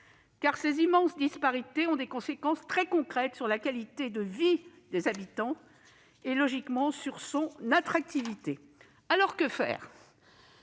que ces immenses disparités ont des conséquences très concrètes sur la qualité de vie des habitants, et logiquement, sur l'attractivité de la